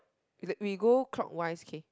it's like we go clockwise okay